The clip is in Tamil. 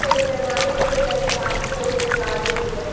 சரி நான் நாளைக்கு வந்து எல்லாத்தையும் பார்த்துட்டு உங்களுக்கு ஆர்டர் கொடுக்குறேன்